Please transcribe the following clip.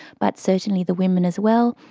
but certainly the women as well,